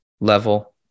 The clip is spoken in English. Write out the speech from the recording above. level